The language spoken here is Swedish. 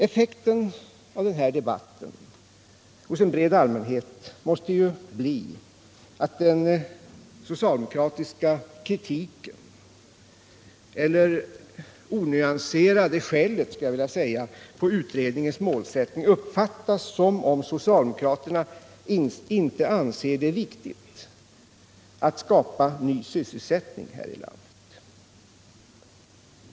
Effekten hos en bred allmänhet av denna debatt måste ju bli att den socialdemokratiska kritiken mot — eller det onyanserade skället på, skulle jag vilja säga — utredningens målsättning uppfattas som om socialdemokraterna inte anser det viktigt att skapa ny sysselsättning här i landet.